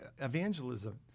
evangelism